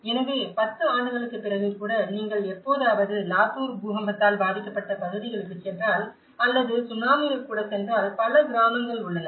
எனவே 10 ஆண்டுகளுக்குப் பிறகு கூட நீங்கள் எப்போதாவது லாத்தூர் பூகம்பத்தால் பாதிக்கப்பட்ட பகுதிகளுக்குச் சென்றால் அல்லது சுனாமியில் கூட சென்றால் பல கிராமங்கள் உள்ளன